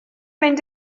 mynd